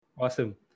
Awesome